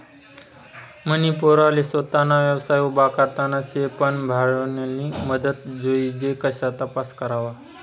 मनी पोरले सोताना व्यवसाय उभा करना शे पन भांडवलनी मदत जोइजे कशा तपास करवा?